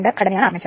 383 ampere